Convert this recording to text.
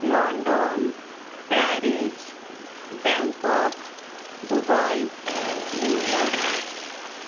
London Paris Bangkok Dubai New York